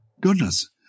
Goodness